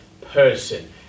person